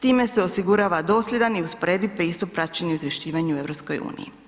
Time se osigurava dosljedan i usporediv pristup praćenju i izvješćivanju u EU.